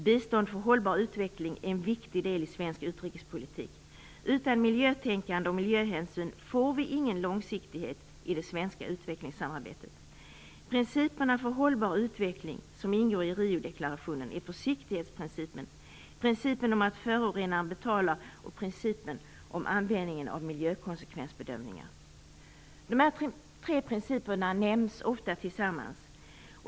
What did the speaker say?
Bistånd för hållbar utveckling är en viktig del i svensk utrikespolitik. Utan miljötänkande och miljöhänsyn får vi ingen långsiktighet i det svenska utvecklingssamarbetet. Principerna för hållbar utveckling, som ingår i Riodeklarationen, är försiktighetsprincipen, principen om att förorenaren betalar och principen om användningen av miljökonsekvensbedömningar. De här tre principerna nämns ofta tillsammans.